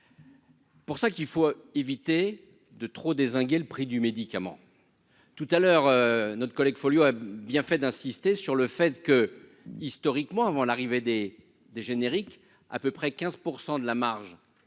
Pour ça qu'il faut éviter de trop dézingué le prix du médicament tout à l'heure notre collègue Folio a bien fait d'insister sur le fait que, historiquement, avant l'arrivée des des génériques à peu près 15 % de la marge